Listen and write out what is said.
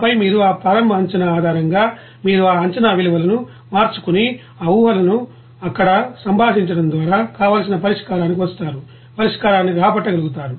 ఆపై మీరు ఆ ప్రారంభ అంచనా ఆధారంగా మీరు ఆ అంచనా విలువలను మార్చుకుని ఆ ఊహలను అక్కడ సంభాషించడం ద్వారా కావలసిన పరిష్కారానికి వస్తారు పరిష్కారాన్ని రాబట్టగలుగుతారు